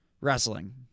Wrestling